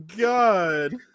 God